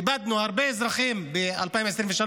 איבדנו הרבה אזרחים ב-2023,